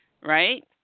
right